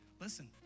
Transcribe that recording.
Listen